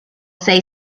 say